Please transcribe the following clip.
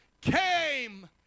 came